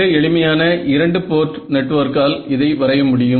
மிக எளிமையான இரண்டு போர்ட் நெட்வொர்க்கால் இதை வரைய முடியும்